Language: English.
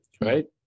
right